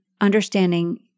understanding